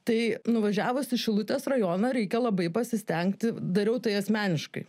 tai nuvažiavus į šilutės rajoną reikia labai pasistengti dariau tai asmeniškai